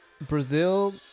Brazil